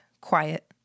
quiet